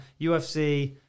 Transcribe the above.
UFC